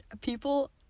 people